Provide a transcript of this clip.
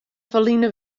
ferline